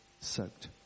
soaked